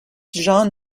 jean